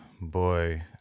boy